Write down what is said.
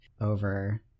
over